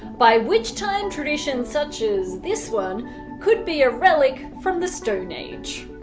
by which time tradition such as this one could be a relic from the stone age.